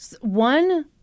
One